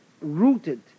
rooted